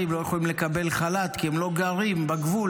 לא יכולים לקבל חל"ת כי הם לא גרים בגבול,